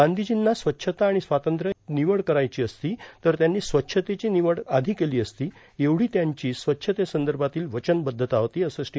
गांधीजींना स्वच्छता आणि स्वातंत्र्य यात निवड करायची असती तर त्यांनी स्वच्छतेची आधी निवड केली असती येवढी त्यांची स्वच्छते संदर्भातील वचनबद्धता होती असं श्री